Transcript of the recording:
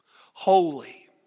Holy